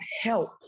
help